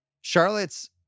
Charlotte's